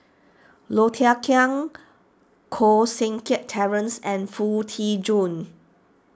Low Thia Khiang Koh Seng Kiat Terence and Foo Tee Jun